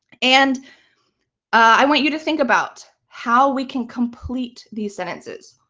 and i want you to think about how we can complete these sentences.